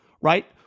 right